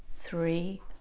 three